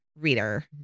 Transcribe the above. reader